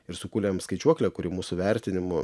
ir sukūrėm skaičiuoklę kuri mūsų vertinimu